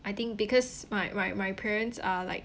I think because my my my parents are like